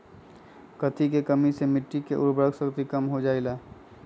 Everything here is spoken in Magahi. कथी के कमी से मिट्टी के उर्वरक शक्ति कम हो जावेलाई?